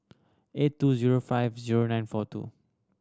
eight two zero five zero nine four two